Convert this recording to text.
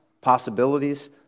possibilities